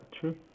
True